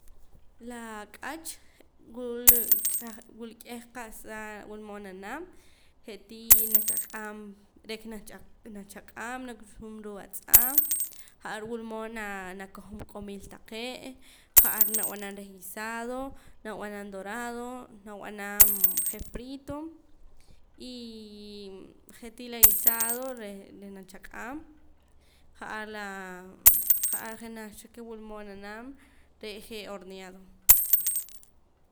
La ak'ach wul ch'ah wula k'eh qa'sa wulmood nab'anam je'tii nachaq'aam re'ka nachaq'aam nakpuxum ruu' atz'aam ja'ar wulmood naa nakojom riq'omil taqee' ja'ar nab'anam reh guisado nab'anam dorado nab'anam je' frito y je'tii la guisado reh reh nachaq'aam ja'ar laa ja'ar jenaj cha ke wulmood nanam re' je' horneado